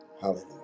Hallelujah